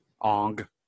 ong